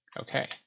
Okay